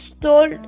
told